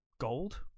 gold